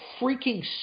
freaking